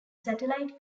satellite